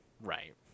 Right